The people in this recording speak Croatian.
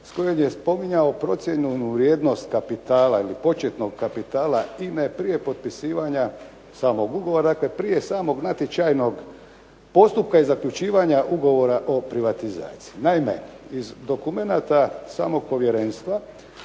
s kojom je spominjao procijenjenu vrijednost kapitala ili početnog kapitala INA-e prije potpisivanja samog ugovora, dakle prije samog natječajnog postupka i zaključivanja ugovora o privatizaciji. Naime, iz dokumenata samog povjerenstva